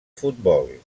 futbol